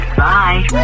bye